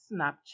Snapchat